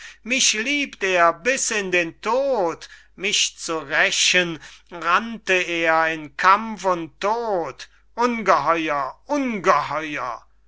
mich liebt er bis in den tod mich zu rächen rannte er in kampf und tod ungeheuer ungeheuer